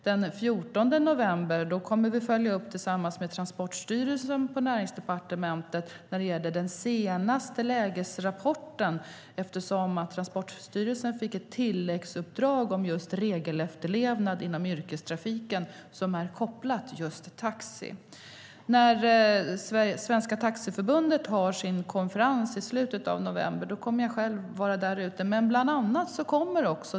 Den 14 november kommer vi på Näringsdepartementet, tillsammans med Transportstyrelsen, att följa upp den senaste lägesrapporten eftersom Transportstyrelsen fick ett tilläggsuppdrag om regelefterlevnad inom yrkestrafiken kopplat till just taxi. När Svenska Taxiförbundet har sin konferens i slutet av november kommer jag själv att vara där.